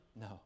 No